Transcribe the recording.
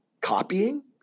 copying